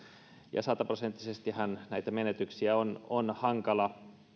ja sataprosenttisestihan näitä menetyksiä on on hankala